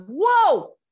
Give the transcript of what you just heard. whoa